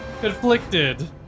conflicted